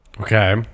Okay